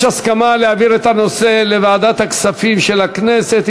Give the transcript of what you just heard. יש הסכמה להעביר את הנושא לוועדת הכספים של הכנסת.